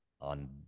on